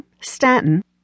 Stanton